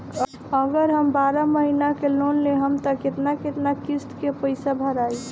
अगर हम बारह महिना के लोन लेहेम त केतना केतना किस्त मे पैसा भराई?